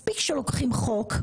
מספיק שלוקחים חוק,